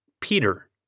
Peter